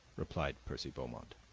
replied percy beaumont.